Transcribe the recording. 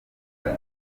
bati